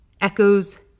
echoes